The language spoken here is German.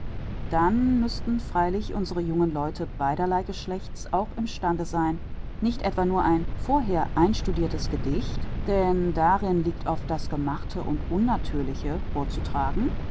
dann müßten freilich unsere jungen leute beiderlei geschlechts auch im stande sein nicht etwa nur ein vorher einstudirtes gedicht denn darin liegt oft das gemachte und unnatürliche vorzutragen